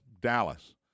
Dallas